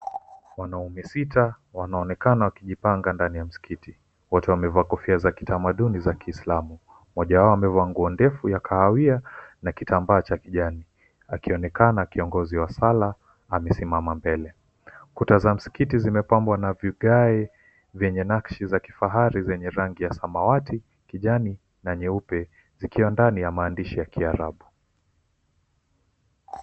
Wanaume sita wanaonekana wakijipanga ndani ya msikiti, wote wamevaa kofia za kitamaduni za Kiisalmu. Mmoja wao amevaa nguo ndefu ya kahawia na kitambaa cha kijani, akionekana kiongozi wa sala amesimama mbele. Kuta za msikiti zimepambwa na vigae vyenye nakshi za kifahari zenye rangi ya samawati, kijani na nyeupe zikiwa ndani ya maandishi ya Kiarabu.